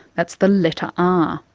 that's the letter r.